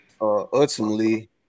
ultimately –